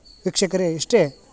ವೀಕ್ಷಕರೆ ಇಷ್ಟೇ